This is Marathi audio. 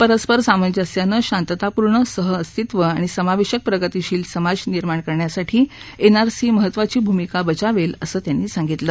परस्पर सामंजस्यानं शांततापूर्ण सहअस्तित्व आणि समावेशक प्रगतीशील समाज निर्माण करण्यासाठी एनआरसी महत्त्वाची भूमिका बजावेल असं त्यांनी सांगितलं